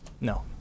No